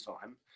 time